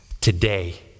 Today